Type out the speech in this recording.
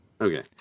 Okay